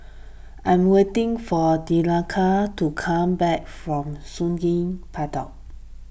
I am waiting for Danika to come back from Sungei Pedok